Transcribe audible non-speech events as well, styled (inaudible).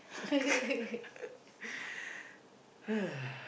(laughs) (noise)